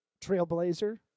Trailblazer